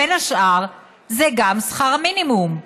בין השאר זה גם שכר המינימום.